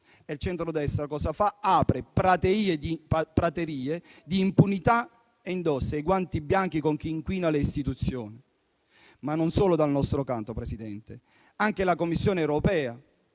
il centrodestra cosa fa? Apre praterie di impunità e indossa i guanti bianchi con chi inquina le istituzioni. Lo diciamo non solo dal nostro canto, Presidente. Anche la Commissione europea,